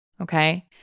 Okay